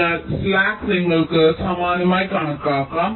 അതിനാൽ സ്ലാക്ക് നിങ്ങൾക്ക് സമാനമായി കണക്കാക്കാം